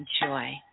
Enjoy